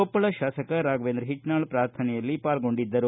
ಕೊಪ್ಪಳ ಶಾಸಕ ರಾಘವೇಂದ್ರ ಹಿಟ್ನಾಳ ಪ್ರಾರ್ಥನೆಯಲ್ಲಿ ಪಾಲ್ಗೊಂಡಿದ್ದರು